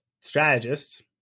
strategists